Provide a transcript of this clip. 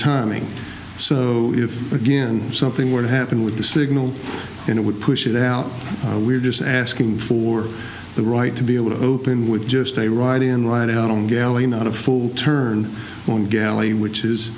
timing so if again something were to happen with the signal and it would push it out we're just asking for the right to be able to open with just a ride in right out on galley not a full turn on galley which is